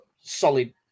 solid